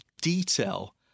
detail